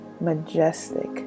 majestic